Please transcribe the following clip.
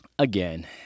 Again